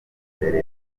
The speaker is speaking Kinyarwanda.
mbere